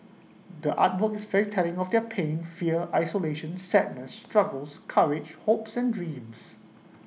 the art work is telling of their pain fear isolation sadness struggles courage hopes and dreams